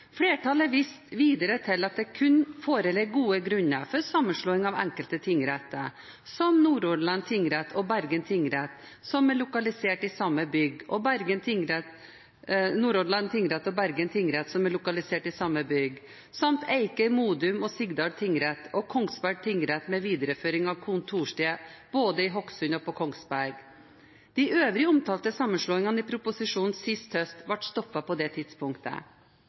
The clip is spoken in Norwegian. Flertallet viste videre til at det kunne «foreligge gode grunner for sammenslåing av enkelte tingretter, som Nordhordland tingrett og Bergen tingrett som er lokalisert i samme bygg, samt Eiker, Modum og Sigdal tingrett og Kongsberg tingrett med videreføring av kontorsteder både i Hokksund og på Kongsberg». De øvrige omtalte sammenslåingene i proposisjonen sist høst ble stoppet på det tidspunktet.